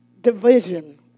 division